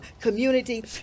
community